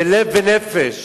בלב ונפש